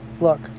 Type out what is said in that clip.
look